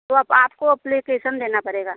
तो अब आपको अप्लिकेसन देना पड़ेगा